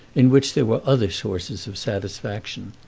in which there were other sources of satisfaction,